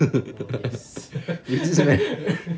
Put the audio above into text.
is this like